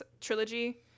trilogy